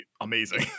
amazing